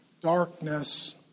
Darkness